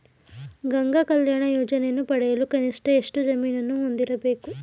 ಗಂಗಾ ಕಲ್ಯಾಣ ಯೋಜನೆಯನ್ನು ಪಡೆಯಲು ಕನಿಷ್ಠ ಎಷ್ಟು ಜಮೀನನ್ನು ಹೊಂದಿರಬೇಕು?